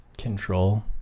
Control